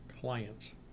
clients